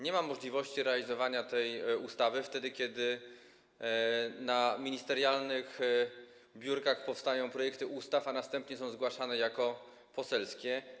Nie ma możliwości realizowania tej ustawy, kiedy na ministerialnych biurkach powstają projekty ustaw, a następnie są zgłaszane jako poselskie.